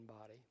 body